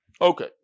Okay